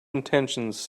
intentions